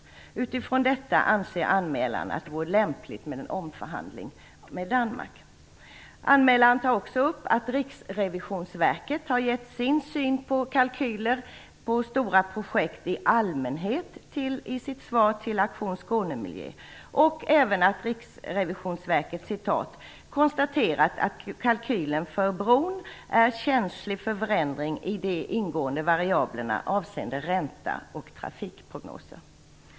Utifrån detta anser anmälaren att det vore lämpligt med en omförhandling med Danmark. Anmälaren tar också upp att Riksrevisionsverket har gett sin syn på kalkyler på stora projekt i allmänhet i sitt svar till Aktion Skåne Miljö och även att Riksrevisionsverket konstaterar att kalkylen för bron är känslig för förändring i de ingående variablerna avseende ränta och trafikprognoser.